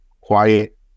quiet